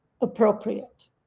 appropriate